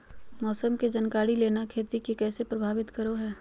मौसम के जानकारी लेना खेती के कैसे प्रभावित करो है?